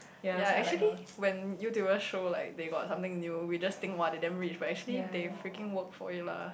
ya actually when Youtubers show like they got something new we just think !wah! they damn rich but actually they freaking worked for it lah